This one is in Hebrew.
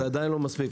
זה עדיין לא מספיק.